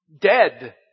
Dead